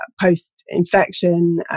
post-infection